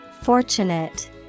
Fortunate